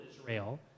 Israel